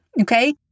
okay